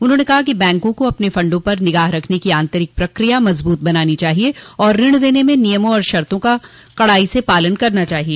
उन्होंने कहा कि बैंकों को अपने फंडों पर निगाह रखने की आंतरिक प्रक्रिया मजबूत बनानी चाहिए और ऋण देने में नियमों और शर्तों का कड़ाइ से पालन करना चाहिए